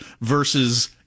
versus